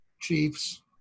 chiefs